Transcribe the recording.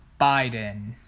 Biden